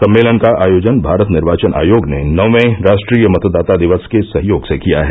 सम्मेलन का आयोजन भारत निर्वाचन आयोग ने नौवें राष्ट्रीय मतदाता दिवस के सहयोग से किया है